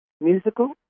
musical